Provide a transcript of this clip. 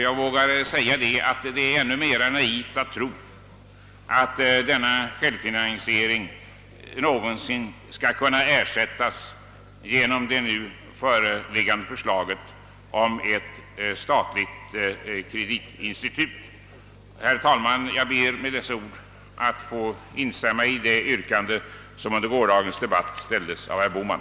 Jag vågar säga att det är ännu mera naivt att tro att denna självfinansiering någonsin skall kunna ersättas av det nu föreslagna statliga kreditinstitutet. Herr talman! Jag ber att med dessa ord får instämma i det yrkande som under gårdagens debatt ställdes av herr Bohman.